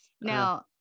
Now